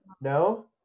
No